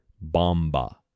Bomba